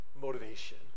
motivation